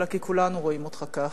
אלא כי כולנו רואים אותך כך.